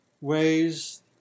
ways